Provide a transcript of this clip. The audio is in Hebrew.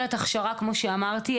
במג"ב.